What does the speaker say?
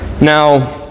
Now